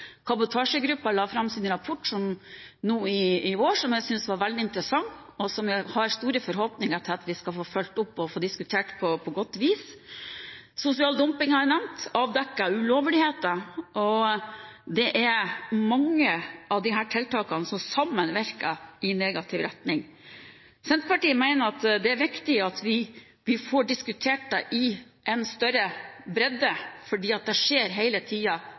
la fram sin rapport nå i vår. Jeg synes den var veldig interessant, og jeg har store forhåpninger til at vi skal få fulgt opp og diskutert den på godt vis. Sosial dumping har jeg nevnt og avdekkede ulovligheter. Det er mange av disse tiltakene som sammen virker i negativ retning. Senterpartiet mener det er viktig at vi får diskutert det i en større bredde, for det